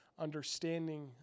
understanding